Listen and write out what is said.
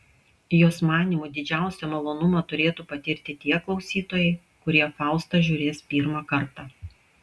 jos manymu didžiausią malonumą turėtų patirti tie klausytojai kurie faustą žiūrės pirmą kartą